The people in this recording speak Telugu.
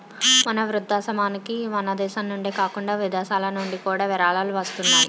మా వృద్ధాశ్రమానికి మనదేశం నుండే కాకుండా విదేశాలనుండి కూడా విరాళాలు వస్తున్నాయి